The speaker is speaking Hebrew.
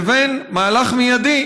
לבין מהלך מיידי,